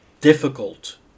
difficult